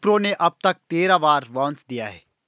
विप्रो ने अब तक तेरह बार बोनस दिया है